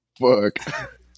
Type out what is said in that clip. Fuck